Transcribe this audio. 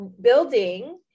building